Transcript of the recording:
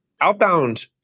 outbound